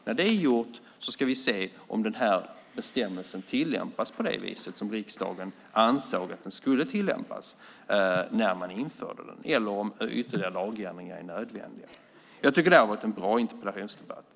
När detta är gjort ska vi se om bestämmelsen tillämpas på det vis som riksdagen ansåg att den skulle tillämpas när man införde den eller om ytterligare lagändringar är nödvändiga. Jag tycker att det har varit en bra interpellationsdebatt.